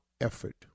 effort